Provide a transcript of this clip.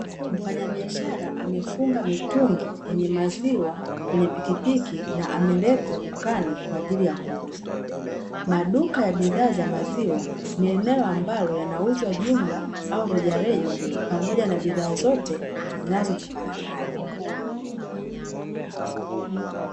Mfanyabiashara amefunga mitungi yenye maziwa kwenye pikipiki, na ameleta dukani kwaajili ya kuuzwa. Maduka ya bidhaa za maziwa ni eneo ambalo yanauzwa jumla au rejereja, pamoja na bidhaa zote zinazotokana nayo.